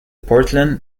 portland